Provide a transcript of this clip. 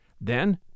Then